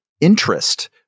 interest